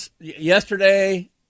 yesterday